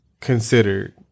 considered